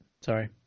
Sorry